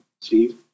Steve